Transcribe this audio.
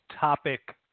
topic